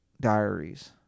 diaries